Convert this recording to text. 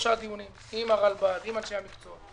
שר התחבורה, יעידו כאן אנשי המשרד,